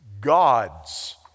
God's